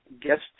guest